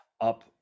up